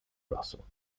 russell